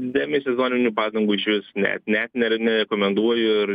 demisezoninių padangų išvis net net nere nerekomenduoju ir